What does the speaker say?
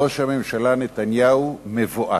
ראש הממשלה נתניהו מבועת.